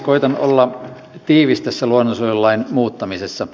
koetan olla tiivis tässä luonnonsuojelulain muuttamisessa